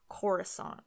Coruscant